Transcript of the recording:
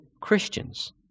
Christians